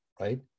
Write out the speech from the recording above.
right